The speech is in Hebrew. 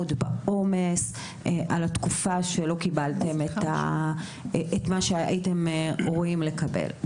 ובעומס על התקופה שלא קיבלתם את מה שאתם אמורים לקבל.